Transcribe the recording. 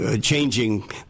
changing